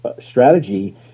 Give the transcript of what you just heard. strategy